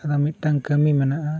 ᱟᱫᱚ ᱢᱤᱫᱴᱟᱝ ᱠᱟᱹᱢᱤ ᱢᱮᱱᱟᱜᱼᱟ